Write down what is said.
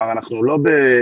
לא.